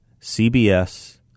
CBS